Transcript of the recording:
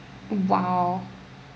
!wow!